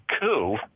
coup